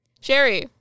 Sherry